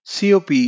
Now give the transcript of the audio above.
COP